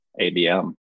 ABM